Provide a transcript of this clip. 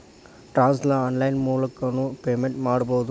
tax ನ online ಮೂಲಕನೂ payment ಮಾಡಬೌದು